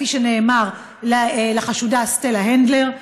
כפי שנאמר לחשודה סטלה הנדלר?